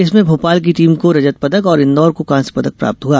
इसमें भोपाल की टीम को रजतपदक और इन्दौर को कांस्यपदक प्राप्त हुआ